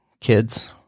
kids